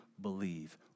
believe